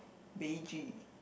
beige